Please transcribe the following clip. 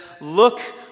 look